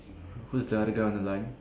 who's the other guy on the line